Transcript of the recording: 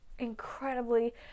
Incredibly